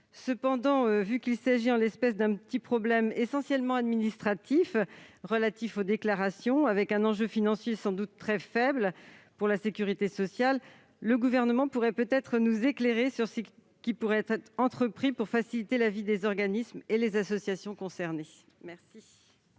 mesure où il s'agit d'un petit problème essentiellement administratif de déclaration, avec un enjeu financier sans doute très faible pour la sécurité sociale, le Gouvernement pourrait peut-être nous éclairer sur ce qu'il conviendrait d'entreprendre pour faciliter la vie des organismes et associations concernés. Quel